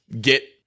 get